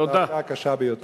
זו העבודה הקשה ביותר.